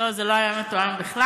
לא, זה לא היה מתואם בכלל.